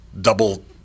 double